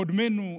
קודמינו,